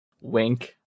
Wink